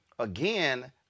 Again